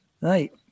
right